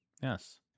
Yes